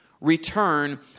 return